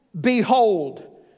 behold